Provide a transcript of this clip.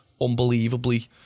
unbelievably